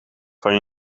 van